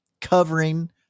covering